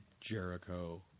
Jericho